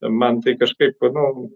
man tai kažkaip nu